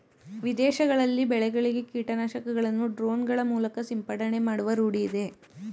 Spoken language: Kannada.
ವಿದೇಶಗಳಲ್ಲಿ ಬೆಳೆಗಳಿಗೆ ಕೀಟನಾಶಕಗಳನ್ನು ಡ್ರೋನ್ ಗಳ ಮೂಲಕ ಸಿಂಪಡಣೆ ಮಾಡುವ ರೂಢಿಯಿದೆ